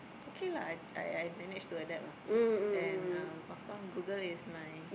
okay lah I I I I managed to adapt lah and um of course Google is my